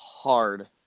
Hard